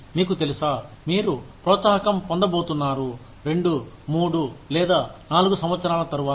మీకు తెలుసా మీరు ప్రోత్సాహకం పొంద బోతున్నారు 2 మూడు లేదా 4 సంవత్సరాల తరువాత